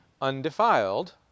undefiled